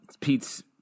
pete's